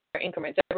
increments